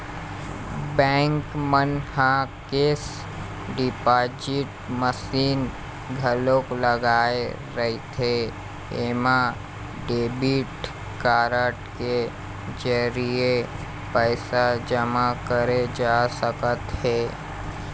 bank मन ह cash deposit machine घलोक लगाए रहिथे एमा डेबिट कारड के जरिए पइसा जमा करे जा सकत हे